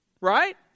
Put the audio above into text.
Right